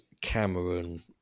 Cameron